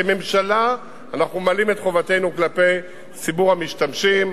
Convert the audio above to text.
כממשלה אנחנו ממלאים את חובתנו כלפי ציבור המשתמשים,